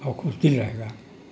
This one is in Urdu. اور خوش دل رہے گا